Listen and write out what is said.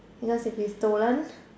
because it'll be stolen